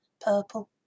purple